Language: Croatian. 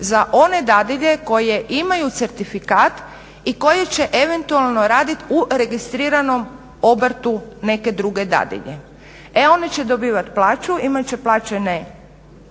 za one dadilje koje imaju certifikat i koji će eventualno radit u registriranom obrtu neke druge dadilje. E one će dobivat plaću, imat će plaćena